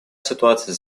ситуация